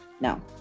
no